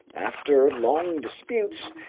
after long disputes,